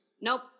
Nope